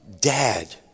dad